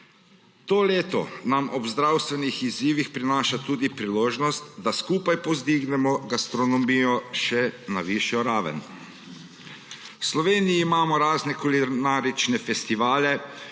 To leto nam ob zdravstvenih izzivih prinaša tudi priložnost, da skupaj povzdignemo gastronomijo še na višjo raven. V Sloveniji imamo razne kulinarične festivale,